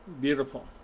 beautiful